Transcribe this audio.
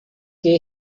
que